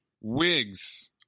wigs